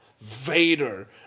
Vader